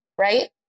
Right